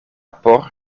por